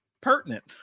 pertinent